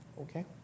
Okay